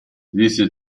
disse